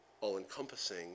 all-encompassing